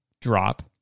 drop